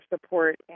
support